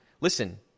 Listen